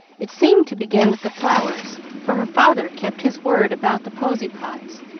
it seemed to begin with the flowers, for her father kept his word about the posy pots,